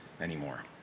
anymore